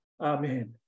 Amen